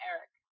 Eric